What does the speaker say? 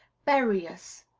bury us.